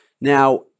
Now